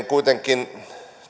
kuitenkin